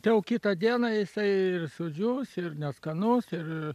jau kitą dieną jisai ir sudžius ir neskanus ir